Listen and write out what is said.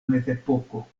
mezepoko